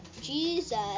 Jesus